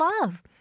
love